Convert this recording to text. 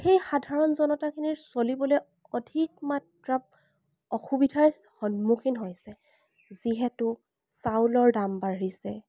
সেই সাধাৰণ জনতাখিনিৰ চলিবলৈ অধিক মাত্ৰাত অসুবিধাৰ সন্মুখীন হৈছে যিহেতু চাউলৰ দাম বাঢ়িছে